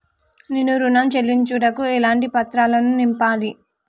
నేను ఋణం చెల్లించుటకు ఎలాంటి పత్రాలను నింపాలి?